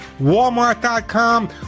Walmart.com